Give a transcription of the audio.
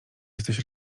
jesteś